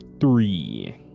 three